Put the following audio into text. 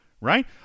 right